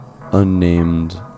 unnamed